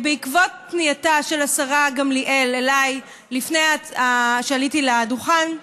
בעקבות פנייתה של השרה גמליאל אליי לפני שעליתי לדוכן,